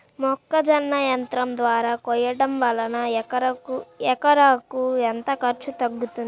మొక్కజొన్న యంత్రం ద్వారా కోయటం వలన ఎకరాకు ఎంత ఖర్చు తగ్గుతుంది?